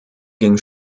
ging